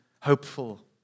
hopeful